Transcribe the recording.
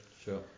sure